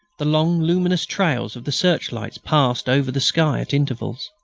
the long luminous trails of the search-lights passed over the sky at intervals.